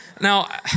Now